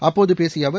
அப்போது பேசிய அவர்